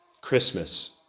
Christmas